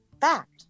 fact